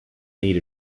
made